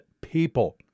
people